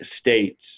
states